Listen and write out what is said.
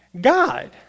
God